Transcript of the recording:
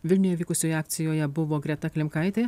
vilniuje vykusioje akcijoje buvo greta klimkaitė